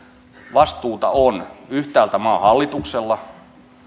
vastuuta on yhtäältä maan hallituksella